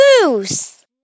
Goose